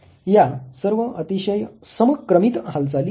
या सर्व अतिशय समक्रमित हालचाली आहे